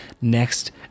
next